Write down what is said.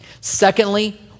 Secondly